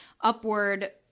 upward